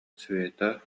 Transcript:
света